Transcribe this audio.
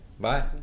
Bye